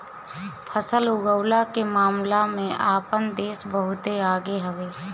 फसल उगवला के मामला में आपन देश बहुते आगे हवे